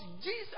Jesus